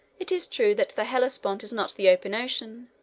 it is true that the hellespont is not the open ocean,